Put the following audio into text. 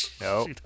no